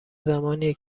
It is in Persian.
زمانیه